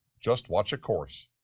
just watch a course.